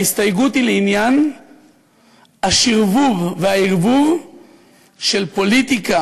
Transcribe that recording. ההסתייגות היא לעניין השרבוב והערבוב של פוליטיקה